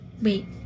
wait